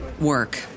work